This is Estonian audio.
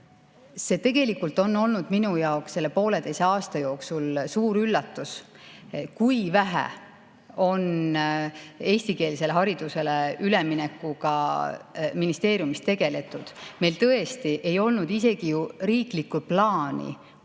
tegelikult on olnud minu jaoks pooleteise aasta jooksul suur üllatus, kui vähe on eestikeelsele haridusele üleminekuga ministeeriumis tegeletud. Meil tõesti ei olnud isegi ju riiklikku plaani,